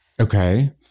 Okay